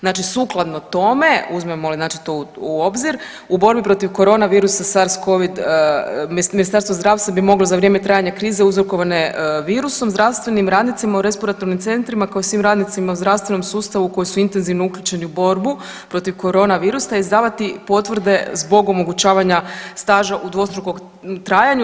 Znači sukladno tome uzmemo li znači to u obzir u borbi protiv corona virusa SARS covid ministarstvo bi moglo za vrijeme trajanja krize uzrokovane virusom zdravstvenim radnicima u respiratornim centrima kao i svim radnicima u zdravstvenom sustavu koji su intenzivno uključeni u borbu protiv corona virusa izdavati potvrde zbog omogućavanja staža u dvostrukom trajanju.